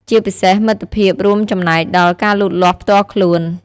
ជាពិសេស មិត្តភាពរួមចំណែកដល់ ការលូតលាស់ផ្ទាល់ខ្លួន។